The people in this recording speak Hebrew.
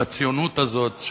בציונות הזאת,